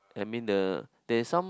I mean the there is some